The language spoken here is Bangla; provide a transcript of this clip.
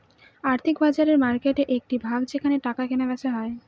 আর্থিক বাজার মার্কেটের একটি ভাগ যেখানে টাকা কেনা বেচা হয়